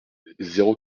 zéro